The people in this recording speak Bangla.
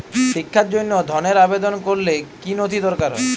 শিক্ষার জন্য ধনের আবেদন করলে কী নথি দরকার হয়?